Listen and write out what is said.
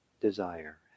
desire